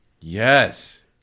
yes